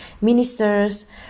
ministers